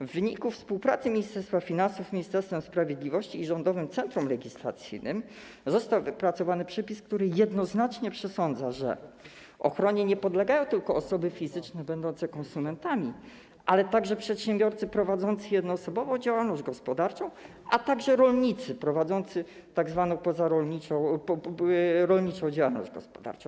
W wyniku współpracy Ministerstwa Finansów z Ministerstwem Sprawiedliwości i Rządowym Centrum Legislacyjnym został wypracowany przepis, który jednoznacznie przesądza, że ochronie podlegają nie tylko osoby fizyczne będące konsumentami, ale także przedsiębiorcy prowadzący jednoosobową działalność gospodarczą, a także rolnicy prowadzący tzw. rolniczą działalność gospodarczą.